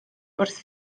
wrth